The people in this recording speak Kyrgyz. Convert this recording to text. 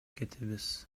кетебиз